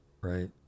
right